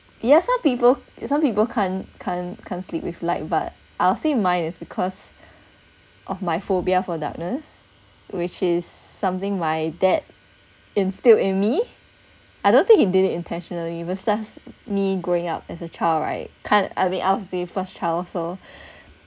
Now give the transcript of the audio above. yeah some people some people can't can't can't sleep with light but I'll say mine is because of my phobia for darkness which is something my dad instilled in me I don't think he did it intentionally versus me growing up as a child right can't I mean I was the first child so